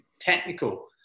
technical